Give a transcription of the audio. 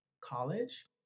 college